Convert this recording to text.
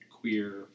queer